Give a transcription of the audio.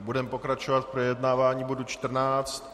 Budeme pokračovat v projednávání bodu 14.